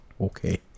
okay